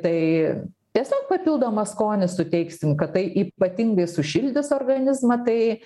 tai tiesiog papildomą skonį suteiksim kad tai ypatingai sušildys organizmą tai